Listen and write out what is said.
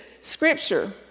Scripture